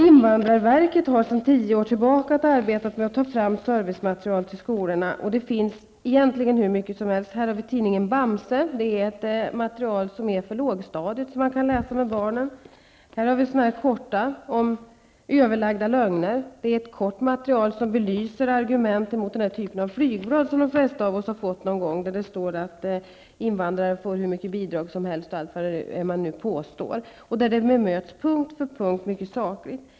Invandrarverket har sedan tio år tillbaka arbetat med att ta fram servicematerial till skolorna. Det finns egentligen hur mycket som helst. Tidningen Bamse är ett material för lågstadiet. Det finns kortfattade faktablad. Ett heter Överlagda lögner. Det är kort och belyser argument i den typen av flygblad som de flesta av oss har fått någon gång, där det står att invandrare får hur mycket bidrag som helst och allt vad det nu är. Här bemöts den typen av påståenden punkt för punkt mycket sakligt.